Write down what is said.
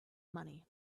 money